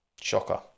Shocker